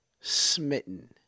smitten